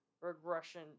regression –